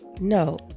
No